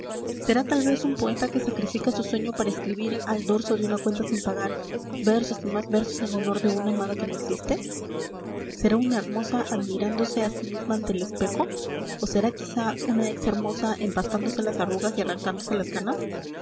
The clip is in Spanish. será tal vez un poeta que sacrifica su sueño para escribir al dorso de una cuenta sin pagar versos y más versos en honor de una amada que no existe será una hermosa admirándose a sí misma ante el espejo o será quizá una ex hermosa empastándose las arrugas y arrancándose las canas